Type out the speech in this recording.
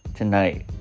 tonight